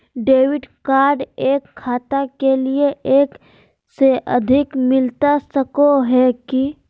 Debit card एक खाता के लिए एक से अधिक मिलता सको है की?